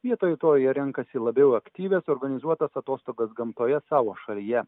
vietoj to jie renkasi labiau aktyvias organizuotas atostogas gamtoje savo šalyje